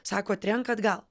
sako trenk atgal